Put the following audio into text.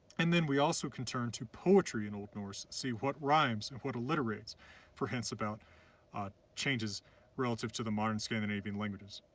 and then we also can turn to poetry in old norse see what rhymes and what alliterates for hints about ah changes relative to the modern scandinavian languages.